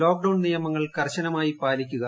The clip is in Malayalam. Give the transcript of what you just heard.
ലോക്ക്ഡൌൺ നിയമങ്ങൾ കർശനമായി പാലിക്കുക